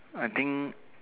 I think